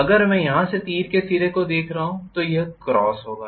अगर मैं यहां से तीर के सिर को देख रहा हूं तो यह एक क्रॉस होगा